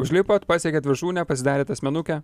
užlipot pasiekėt viršūnę pasidarėt asmenukę